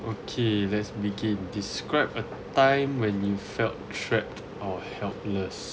okay let's begin describe a time when you felt trapped or helpless